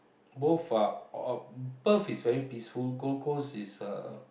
both are uh Perth is very peaceful Gold-Coast is uh